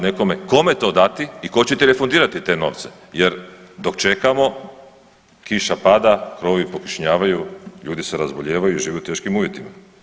nekome, kome to dati i tko će ti refundirati te novce jer dok čekamo kiša pada, krovovi prokišnjavaju, ljudi se razbolijevaju jer žive u teškim uvjetima.